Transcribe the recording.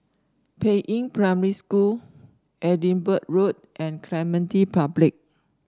Peiying Primary School Edinburgh Road and Clementi Public